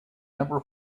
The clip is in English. number